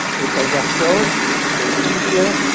which i just showed, which you can see here,